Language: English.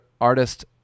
artist